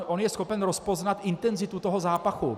On je schopen rozpoznat intenzitu zápachu.